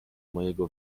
mojego